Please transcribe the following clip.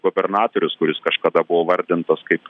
gubernatorius kuris kažkada buvo įvardintas kaip